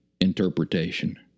interpretation